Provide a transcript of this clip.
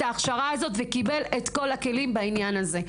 ההכשרה הזאת וקיבל את כל הכלים בעניין הזה.